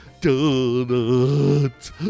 Donuts